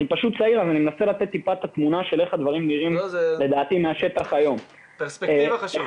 אני צעיר אז אני מנסה לתת את התמונה מהשטח -- זו פרספקטיבה חשובה.